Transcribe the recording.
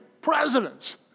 presidents